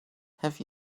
have